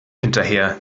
hinterher